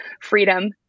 freedom